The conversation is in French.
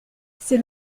c’est